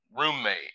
roommate